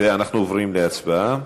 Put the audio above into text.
אנחנו עוברים להצבעה.